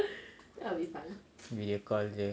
video call jer